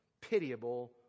pitiable